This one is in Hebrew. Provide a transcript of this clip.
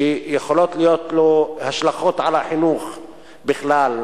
שיכולות להיות לו השלכות על החינוך בכלל,